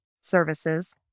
services